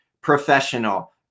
professional